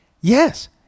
yes